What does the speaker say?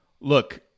look